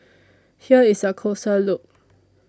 here is a closer look